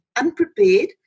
unprepared